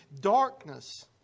Darkness